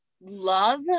love